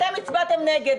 אתם הצבעתם נגד.